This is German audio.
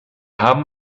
haben